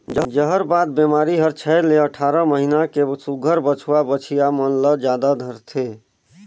जहरबाद बेमारी हर छै ले अठारह महीना के सुग्घर बछवा बछिया मन ल जादा धरथे